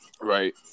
right